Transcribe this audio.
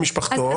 במשפחתו.